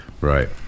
Right